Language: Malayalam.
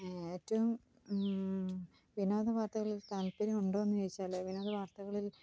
ഏറ്റവും വിനോദവാർത്തകളെ താത്പര്യമുണ്ടോയെന്നു ചോദിച്ചാൽ വിനോദവാർത്തകളിൽ